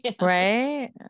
right